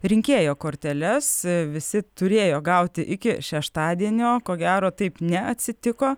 rinkėjo korteles visi turėjo gauti iki šeštadienio ko gero taip neatsitiko